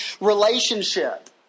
relationship